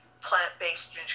plant-based